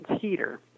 heater